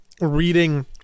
reading